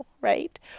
right